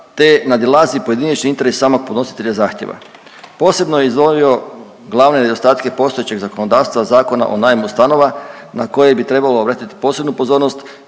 te nadizali pojedinačni interes samog podnositelja zahtjeva. Posebno je izdvojio glavne nedostatke postojećeg zakonodavstva Zakona o najmu stanova na koje bi trebalo obratiti posebnu pozornost